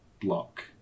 Block